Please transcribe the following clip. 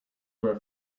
were